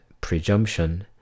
presumption